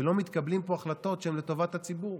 ולא מתקבלות פה החלטות שהן לטובת הציבור